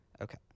Okay